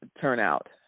turnout